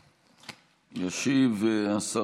היושב-ראש.